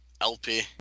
LP